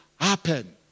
happen